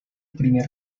primer